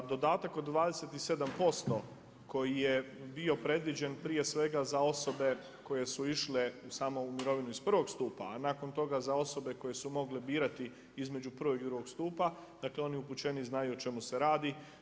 Dodatak od 27% koji je bio predviđen prije svega za osobe koje su išle samo u mirovinu iz prvog stupa a nakon toga za osobe koje su mogle birati između prvog i drugog stupa, dakle oni upućeniji znaju o čemu se radi.